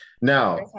now